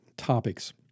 topics